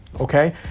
okay